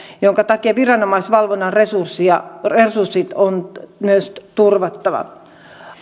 minkä takia viranomaisvalvonnan resurssit on myös turvattava